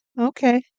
Okay